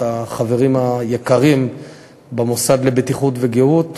את החברים היקרים במוסד לבטיחות ולגהות,